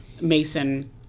Mason